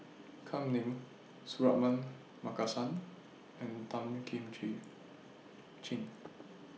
Kam Ning Suratman Markasan and Tan Kim Ching